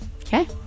Okay